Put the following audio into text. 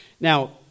Now